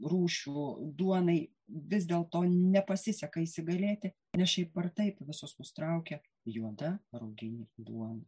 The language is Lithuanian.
rūšių duonai vis dėlto nepasiseka įsigalėti nes šiaip ar taip visus mus traukia juoda ruginė duona